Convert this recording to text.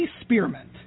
Spearmint